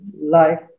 life